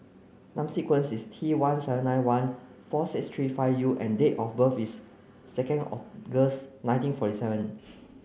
number sequence is T seven nine one four six three five U and date of birth is second August nineteen forty seven